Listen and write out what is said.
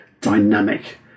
dynamic